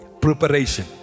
Preparation